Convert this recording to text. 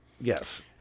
yes